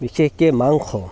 বিশেষকৈ মাংস